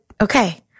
okay